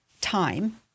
time